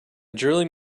drilling